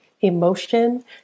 emotion